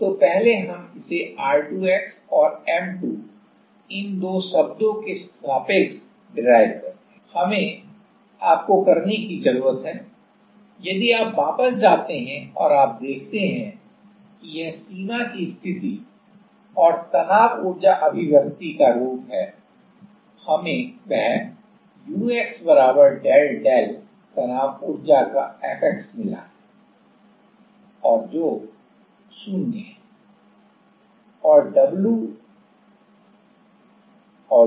तो पहले हम इसे R2 x और M2 इन दो शब्दों के सापेक्ष डिराइव करते हैं हमें आपको करने की ज़रूरत है यदि आप वापस जाते हैं तो आप देखते हैं कि यह सीमा की स्थिति और तनाव ऊर्जा अभिव्यक्ति का रूप है हमें वह ux del del तनाव ऊर्जा का Fx मिला है और जो 0 है